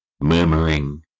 murmuring